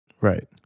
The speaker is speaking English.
Right